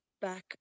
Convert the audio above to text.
back